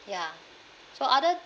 ya so other